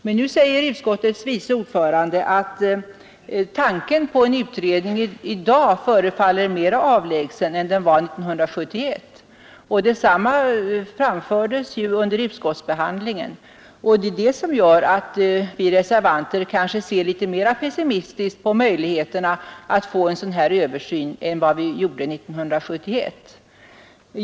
Men nu säger utskottets vice ordförande, att tanken på en utredning i dag förefaller mera avlägsen än den var 1971. Detsamma framfördes under utskottsbehandlingen. Detta gör att vi reservanter kanske ser litet mera pessimistiskt på möjligheterna att få en översyn än vad vi gjorde 1971.